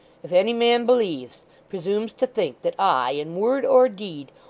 if any man believes presumes to think that i, in word or deed,